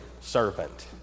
servant